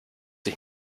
ich